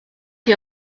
chi